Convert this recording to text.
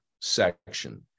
section